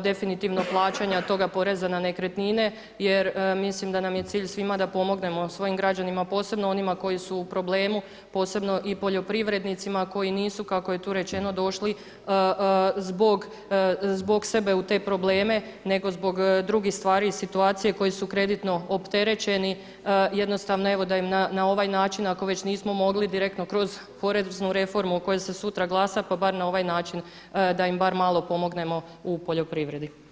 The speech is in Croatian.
definitivno plaćanja toga poreza na nekretnine jer mislim da nam je cilj svima da pomognemo svojim građanima posebno onima koji su u problemu, posebno poljoprivrednicima koji nisu kako je tu rečeno došli zbog sebe u te probleme nego zbog drugih stvari i situacija koji su kreditno opterećeni da im na ovaj način ako već nismo mogli direktno kroz poreznu reformu o kojoj se sutra glasa pa bar na ovaj način da im bar malo pomognemo u poljoprivredi.